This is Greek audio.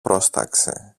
πρόσταξε